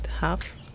half